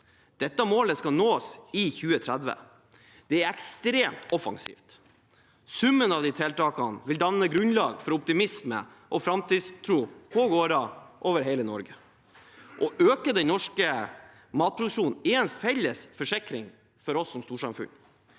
Dette målet skal nås i 2030. Det er ekstremt offensivt. Summen av tiltakene vil danne grunnlag for optimisme og framtidstro på gårder over hele Norge. Å øke den norske matproduksjonen er en felles forsikring for oss som storsamfunn.